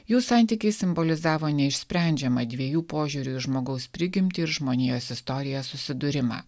jų santykiai simbolizavo neišsprendžiamą dviejų požiūrių į žmogaus prigimtį ir žmonijos istoriją susidūrimą